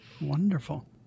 Wonderful